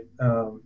right